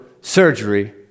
surgery